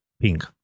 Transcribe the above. pink